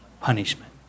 Punishment